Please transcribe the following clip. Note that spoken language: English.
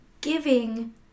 giving